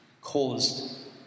caused